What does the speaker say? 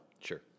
Sure